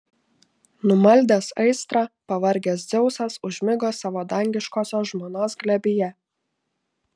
numaldęs aistrą pavargęs dzeusas užmigo savo dangiškosios žmonos glėbyje